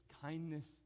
kindness